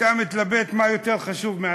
אתה מתלבט מה יותר חשוב.